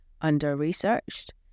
under-researched